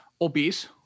Obese